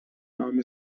نام